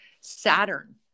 Saturn